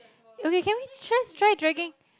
okay can we just try dragging